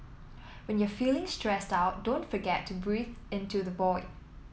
when you're feeling stressed out don't forget to breathe into the void